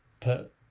put